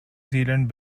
zealand